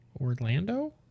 Orlando